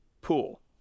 pool